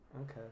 Okay